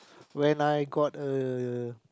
when I got a